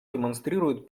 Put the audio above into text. демонстрирует